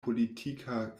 politika